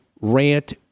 rant